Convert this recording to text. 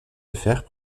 affaires